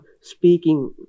speaking